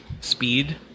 speed